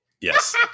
Yes